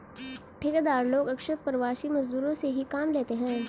ठेकेदार लोग अक्सर प्रवासी मजदूरों से ही काम लेते हैं